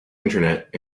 internet